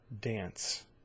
dance